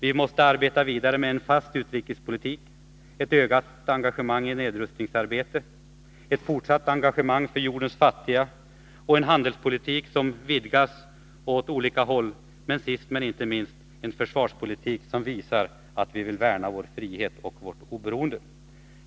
Vi måste arbeta vidare med en fast utrikespolitik, ett ökat engagemang i nedrustningsarbetet, ett fortsatt engagemang för jordens fattiga, en handelspolitik som vidgas åt olika håll och sist, men inte minst, en försvarspolitik som visar att vi vill värna vår frihet och vårt oberoende. Herr talman!